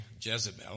Jezebel